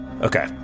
Okay